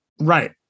Right